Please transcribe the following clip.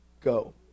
Go